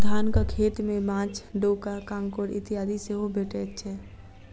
धानक खेत मे माँछ, डोका, काँकोड़ इत्यादि सेहो भेटैत छै